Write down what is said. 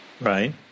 Right